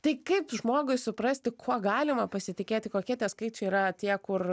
tai kaip žmogui suprasti kuo galima pasitikėti kokie tie skaičiai yra tie kur